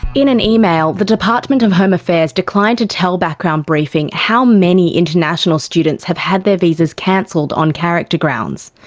in an email, the department of home affairs declined to tell background briefing how many international students have had their visas cancelled on character grounds.